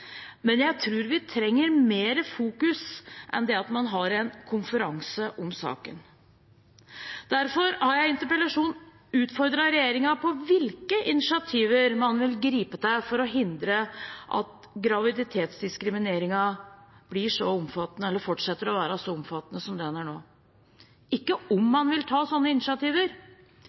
men jeg tror vi trenger mer fokus enn det at man har en konferanse om saken. Derfor har jeg i interpellasjonen utfordret regjeringen på hvilke initiativer man vil gripe til for å hindre at graviditetsdiskriminering fortsetter å være så omfattende som det den er nå – ikke om